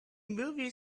movie